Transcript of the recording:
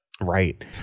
Right